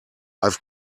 i’ve